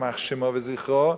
יימח שמו וזכרו,